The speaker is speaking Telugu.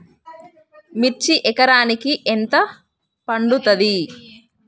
మిర్చి ఎకరానికి ఎంత పండుతది?